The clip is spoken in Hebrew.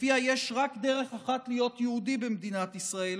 שלפיה יש רק דרך אחת להיות יהודי במדינת ישראל